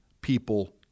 people